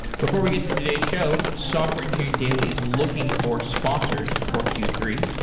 before we get to today's show, software engineering daily is looking for sponsors for q three.